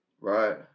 Right